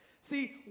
See